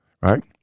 right